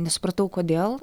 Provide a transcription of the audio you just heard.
nesupratau kodėl